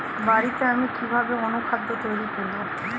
বাড়িতে আমি কিভাবে অনুখাদ্য তৈরি করব?